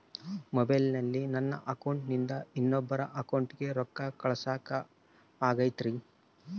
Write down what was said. ಮೊಬೈಲಿಂದ ನನ್ನ ಅಕೌಂಟಿಂದ ಇನ್ನೊಬ್ಬರ ಅಕೌಂಟಿಗೆ ರೊಕ್ಕ ಕಳಸಾಕ ಆಗ್ತೈತ್ರಿ?